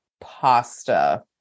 pasta